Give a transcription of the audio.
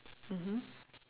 mmhmm